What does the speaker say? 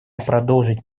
продолжить